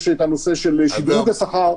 יש את הנושא של שדרוג השכר.